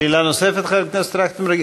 שאלה נוספת, חבר הכנסת טרכטנברג?